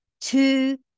two